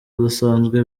udasanzwe